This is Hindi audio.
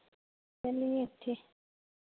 चलिए